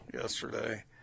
yesterday